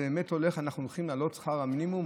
באמת אנחנו הולכים להעלות את שכר המינימום?